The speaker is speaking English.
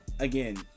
Again